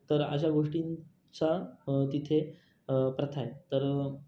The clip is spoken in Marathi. तर अशा गोष्टींचा तिथे प्रथा आहे तर